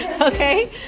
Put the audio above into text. Okay